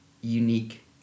unique